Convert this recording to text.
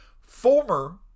Former